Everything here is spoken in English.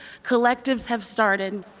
collective s have started.